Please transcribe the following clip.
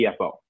CFO